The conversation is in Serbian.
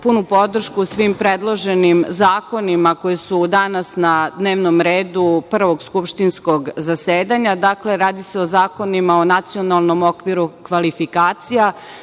punu podršku svim predloženim zakonima koji su danas na dnevnom redu prvog skupštinskog zasedanja. Radi se o Zakonu o nacionalnom okviru kvalifikacija,